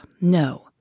no